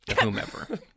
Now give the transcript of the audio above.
Whomever